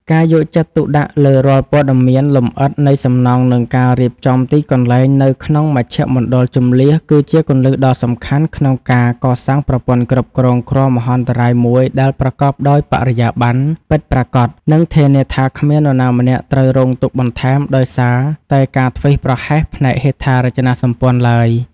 ការយកចិត្តទុកដាក់លើរាល់ព័ត៌មានលម្អិតនៃសំណង់ និងការរៀបចំទីកន្លែងនៅក្នុងមជ្ឈមណ្ឌលជម្លៀស គឺជាគន្លឹះដ៏សំខាន់ក្នុងការកសាងប្រព័ន្ធគ្រប់គ្រងគ្រោះមហន្តរាយមួយដែលប្រកបដោយបរិយាបន្ន ពិតប្រាកដ និងធានាថាគ្មាននរណាម្នាក់ត្រូវរងទុក្ខបន្ថែមដោយសារតែការធ្វេសប្រហែសផ្នែកហេដ្ឋារចនាសម្ព័ន្ធឡើយ។